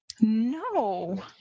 No